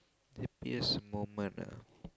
happiest moment ah